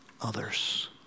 others